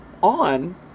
on